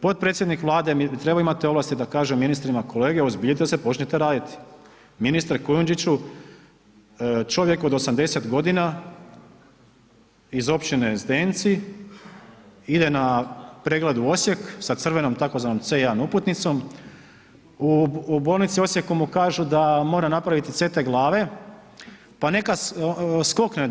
Potpredsjednik Vlade bi trebao imati ovlasti da kaže ministrima kolege, uozbiljite se, počnite radit, ministre Kujundžiću, čovjek od 80 g. iz općine Zdenci ide na pregled u Osijek sa crvenom tzv. C1 uputnicom, u bolnici Osijek mu kažu da mora napraviti CT glave pa neka skokne